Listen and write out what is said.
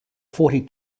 forty